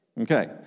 Okay